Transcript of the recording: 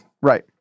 Right